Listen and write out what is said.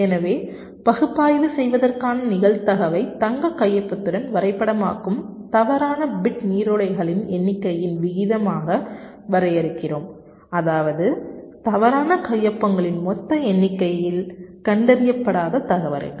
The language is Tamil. எனவே பகுப்பாய்வு செய்வதற்கான நிகழ்தகவை தங்க கையொப்பத்துடன் வரைபடமாக்கும் தவறான பிட் நீரோடைகளின் எண்ணிக்கையின் விகிதமாக வரையறுக்கிறோம் அதாவது தவறான கையொப்பங்களின் மொத்த எண்ணிக்கையில் கண்டறியப்படாத தவறுகள்